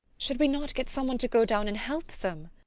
should we not get someone to go down and help them?